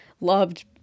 loved